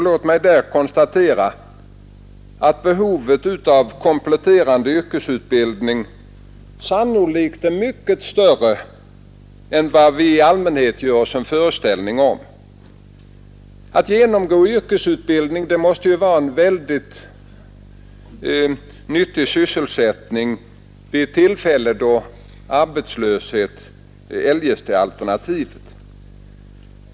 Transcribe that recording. Låt mig där konstatera att behovet av kompletterande yrkesutbildning sannolikt är mycket större än vi i allmänhet gör oss en föreställning om. Att genomgå yrkesutbildning måste ju vara en väldigt nyttig sysselsättning vid ett tillfälle då arbetslöshet eljest är alternativet.